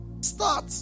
Start